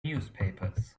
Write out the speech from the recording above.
newspapers